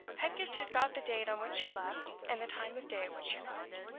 pedgift had got the date on which she left, and the time of day at which she left,